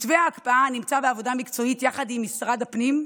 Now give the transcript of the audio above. מתווה ההקפאה נמצא בעבודה מקצועית יחד עם משרד הפנים,